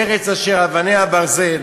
ארץ אשר אבניה ברזל